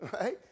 Right